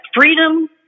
freedom